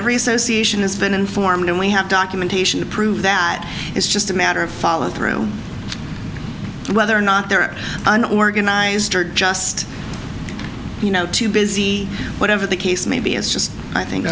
every socio has been informed and we have documentation to prove that it's just a matter of follow through whether or not they're an organized or just you know too busy whatever the case may be it's just i think